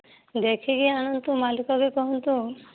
ଦେଖିକି ଆଣନ୍ତୁ ମାଲିକକୁ କୁହନ୍ତୁ